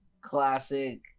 classic